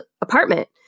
apartment